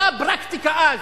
אותה פרקטיקה אז.